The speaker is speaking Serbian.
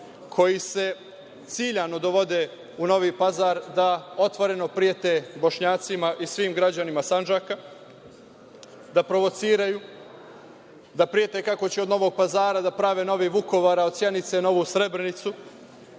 koji se ciljano dovode u Novi Pazar, da otvoreno prete Bošnjacima i svim građanima Sandžaka, da provociraju, da prete kako će od Novog Pazara da prave novi Vukovar a od Sjenice novu Srebrenicu?